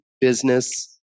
business